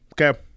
okay